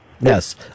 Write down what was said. Yes